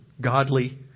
godly